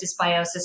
dysbiosis